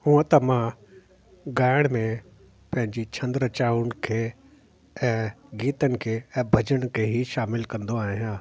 हूअं त मां ॻाइण में पंहिंजी छंद रचनाउनि खे ऐं गीतनि खे ऐं भॼन खे ई शामिलु कंदो आहियां